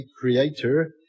creator